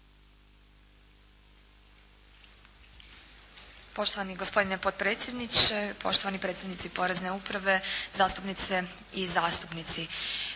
Poštovani gospodine potpredsjedniče, poštovani predsjednici Porezne uprave, zastupnice i zastupnici.